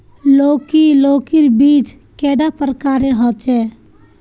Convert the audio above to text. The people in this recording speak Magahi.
लौकी लौकीर बीज कैडा प्रकारेर होचे?